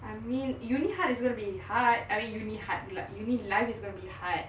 I mean uni hard is going to be hard I mean you need hard like uni life is gonna be hard